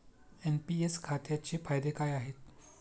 NPS खात्याचे फायदे काय आहेत?